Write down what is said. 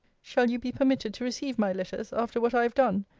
shall you be permitted to receive my letters, after what i have done?